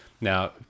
Now